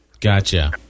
Gotcha